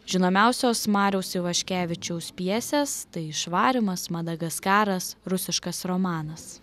žinomiausios mariaus ivaškevičiaus pjesės išvarymas madagaskaras rusiškas romanas